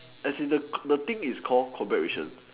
as in the c~ the thing is call combat ration